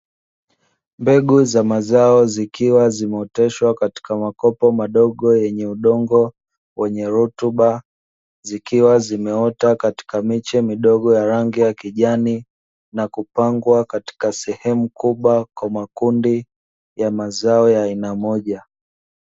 Mbegu za mazao zikiwa zimeoteshwa katika makopo madogo yenye udongo wenye rutuba, zikiwa zimeota katika miche midogo ya rangi ya kijani na kupangwa katika sehemu kubwa kwa makundi ya mazao ya aina moja.